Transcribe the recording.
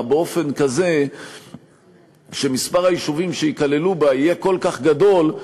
באופן כזה שמספר היישובים שייכללו בה יהיה כל כך גדול,